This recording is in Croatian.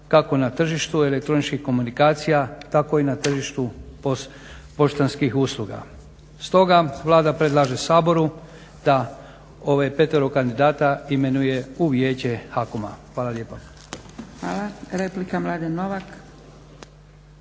kako na tržištu elektroničkih komunikacija tako i na tržištu poštanskih usluga. Stoga Vlada predlaže Saboru da ovih petero kandidata imenuje u Vijeće HAKOM-a. Hvala lijepa. **Zgrebec, Dragica